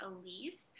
Elise